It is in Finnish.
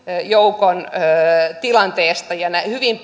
joukon tilanne ja hyvin